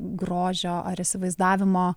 grožio ar įsivaizdavimo